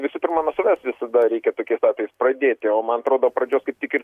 visų pirma nuo savęs visada reikia tokiais atvejais pradėti o man atrodo pradžios kaip tik ir